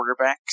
quarterbacks